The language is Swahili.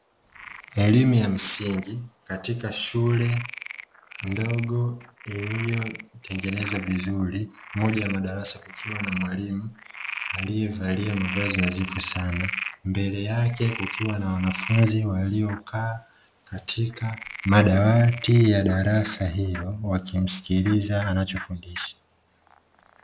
Elimu ya msingi katika shule ndogo iliyotengenezwa vizuri; moja ya madarasa kukiwa na mwalimu aliyevalia mavazi nadhifu sana. Mbele yake kukiwa na wanafunzi waliokaa katika madawati ya darasa hilo, wakimsikiliza anachofundisha.